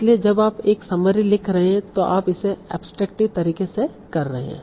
इसलिए जब आप एक समरी लिख रहे हैं तो आप इसे एब्सट्रैक्टिव तरीके से कर रहे हैं